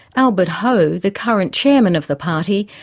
albert ho, the current chairman of the party,